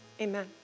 Amen